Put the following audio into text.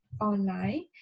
online